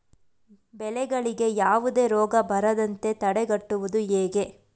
ಬೆಳೆಗಳಿಗೆ ಯಾವುದೇ ರೋಗ ಬರದಂತೆ ತಡೆಗಟ್ಟುವುದು ಹೇಗೆ?